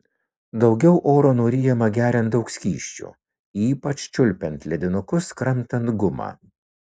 daugiau oro nuryjama geriant daug skysčių ypač čiulpiant ledinukus kramtant gumą